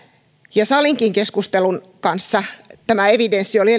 ja salinkin keskustelun kanssa tämä evidenssi oli